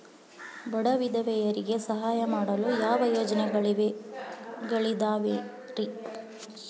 ಬಡ ವಿಧವೆಯರಿಗೆ ಸಹಾಯ ಮಾಡಲು ಯಾವ ಯೋಜನೆಗಳಿದಾವ್ರಿ?